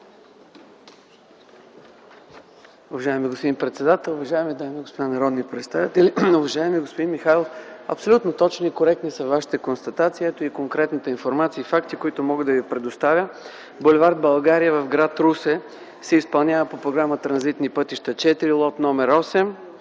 Булевард „България” в гр. Русе се изпълнява по Програма „Транзитни пътища 4”, лот 8.